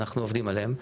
אנחנו עובדים עליהם,